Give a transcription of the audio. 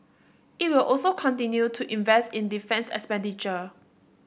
it will also continue to invest in defence expenditure